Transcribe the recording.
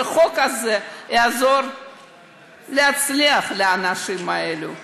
והחוק הזה יעזור לאנשים האלה להצליח.